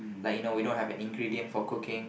like you know we don't have an ingredient for cooking